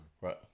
Right